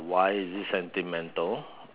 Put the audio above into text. why is it sentimental